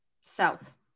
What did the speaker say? South